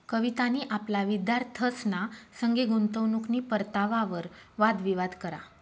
कवितानी आपला विद्यार्थ्यंसना संगे गुंतवणूकनी परतावावर वाद विवाद करा